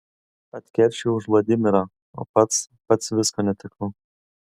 atkeršijau už vladimirą o pats pats visko netekau